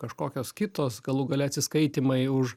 kažkokios kitos galų gale atsiskaitymai už